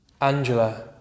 Angela